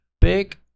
Big